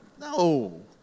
No